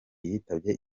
yitabye